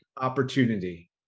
opportunity